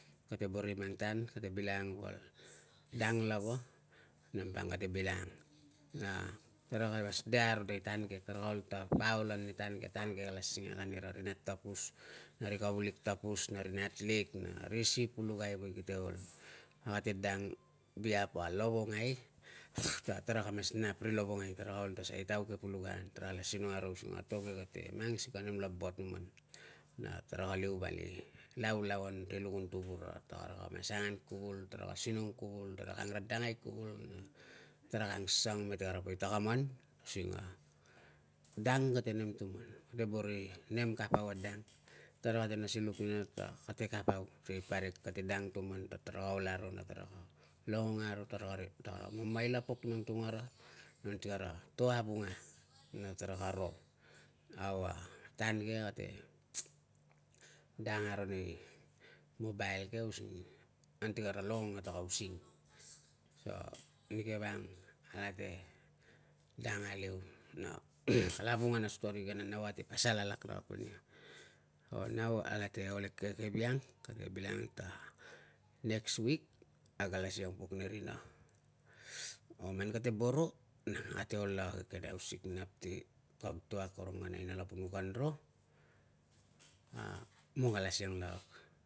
Kate boro i mang tan kate bilangang val dang lava, nambang kate bilang na tarata mas de aro nei tan ke. Taraka ol ta paul nei tan ke. Tan ke kala singak anira ri nat tapus na ri kavulik tapus na ri natlik na ri si pulakai we kite ol. A kate dang behalf a lovongai ta taraka mas nap, ri lovongai, taraka ol ta suai tauke pulakai an tarala sinong aro using a to ke kate mang sikei a nem laba tuman na taraka liu vali laulauan ti lukun tuvura, ta taraka mas angan kuvul, taraka sinong kuvul, taraka angradangeai kuvul na taraka ang sang mete kara poi takaman using a dang kate nem tuman, kate boro i nem kapau a dang. Tara kate nas ni luk nina ta kate kapau sei parik, kate dang tuman ta tara ol aro na tara longong aro, tara mamaila pok ni mang tungara anti kara to a vunga na taraka ro. Au, a tan ke, kate dang aro nei mobile ke using anti kara longong na taka using. So, nike vang alate dang aliu na kala vunga na story ke na nau ate pasal alak lakat kulina o nau alate ol eke e keviang. Kate bilangang ta next week, kag ala siang pok ane rina o man kate boro, nang ate ol lakak eke nei hausik nap ti kag to akorong man a aina lapun kan ro, mong kala siang lakak.